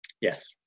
Yes